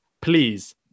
Please